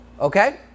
Okay